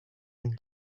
and